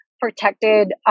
protected